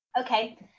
okay